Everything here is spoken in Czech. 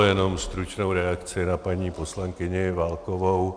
Jenom stručnou reakci na paní poslankyni Válkovou.